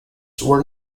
were